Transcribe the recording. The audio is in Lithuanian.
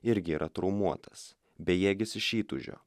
irgi yra traumuotas bejėgis iš įtūžio